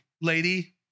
lady